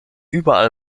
überall